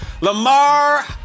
Lamar